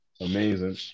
amazing